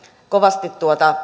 kovasti